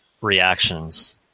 reactions